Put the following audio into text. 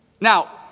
Now